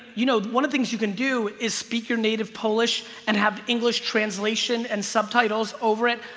you know one of things you can do is speak your native polish and have english translation and subtitles over it.